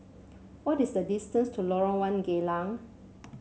what is the distance to Lorong One Geylang